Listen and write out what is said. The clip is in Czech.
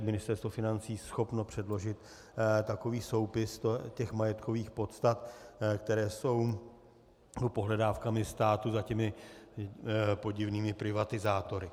Ministerstvo financí schopno předložit takový soupis těch majetkových podstat, které jsou pohledávkami státu za těmi podivnými privatizátory.